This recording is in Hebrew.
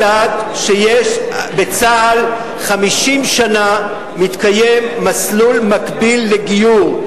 כדאי לדעת שבצה"ל 50 שנה מתקיים מסלול מקביל לגיור.